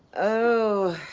oh.